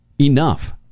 Enough